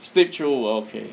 sleep through okay